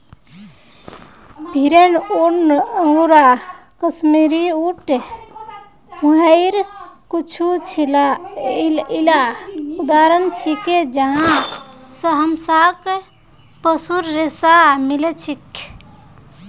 भेरेर ऊन, अंगोरा, कश्मीरी, ऊँट, मोहायर कुछू येला उदाहरण छिके जहाँ स हमसाक पशुर रेशा मिल छेक